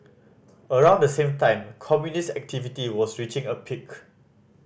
around the same time communist activity was reaching a peak